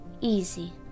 Easy